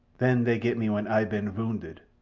then they get me when ay ban vounded.